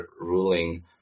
ruling